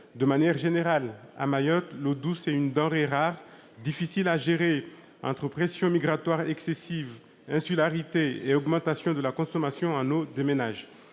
De manière générale, à Mayotte, l'eau douce est une denrée rare, difficile à gérer entre pression migratoire excessive, insularité et augmentation de la consommation en eau des ménages.